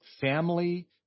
family